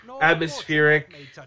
atmospheric